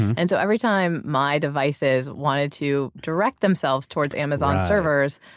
and so every time my devices wanted to direct themselves towards amazon's servers,